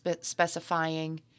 specifying